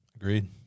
Agreed